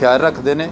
ਖਿਆਲ ਰੱਖਦੇ ਨੇ